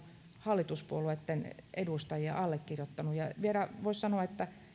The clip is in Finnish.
hallituspuolueitten edustajia allekirjoittanut ja ja vielä voisi sanoa